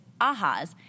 ahas